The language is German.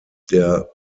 der